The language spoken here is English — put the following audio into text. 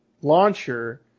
launcher